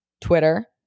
twitter